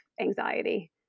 anxiety